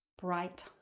Bright